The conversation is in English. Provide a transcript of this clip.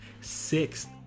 sixth